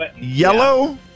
Yellow